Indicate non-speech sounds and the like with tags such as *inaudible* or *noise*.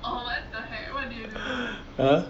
*laughs*